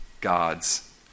God's